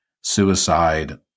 suicide